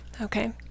Okay